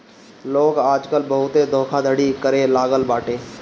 लोग आजकल बहुते धोखाधड़ी करे लागल बाटे